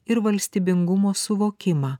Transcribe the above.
ir valstybingumo suvokimą